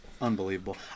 Unbelievable